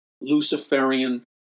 Luciferian